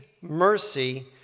mercy